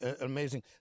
amazing